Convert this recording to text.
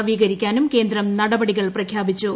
നവീകരിക്കാനും കേന്ദ്രം നൃടപ്ടികൾ പ്രഖ്യാപിച്ചു